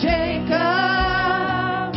Jacob